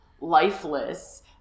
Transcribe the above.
lifeless